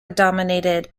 dominated